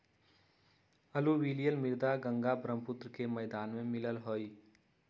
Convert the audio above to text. alluvial मृदा गंगा बर्ह्म्पुत्र के मैदान में मिला हई